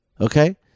okay